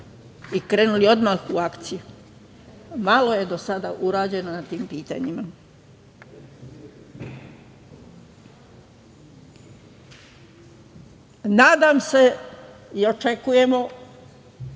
i krenuli odmah u akciju. Malo je do sada urađeno na tim pitanjima .Nadam se i očekujemo